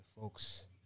folks